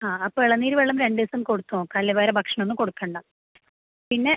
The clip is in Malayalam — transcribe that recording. ആ അപ്പം ഇളനീർ വെള്ളം രണ്ട് ദിവസം കൊടുത്ത് നോക്കാം അല്ലേ വേറെ ഭക്ഷണം ഒന്നും കൊടുക്കേണ്ട പിന്നെ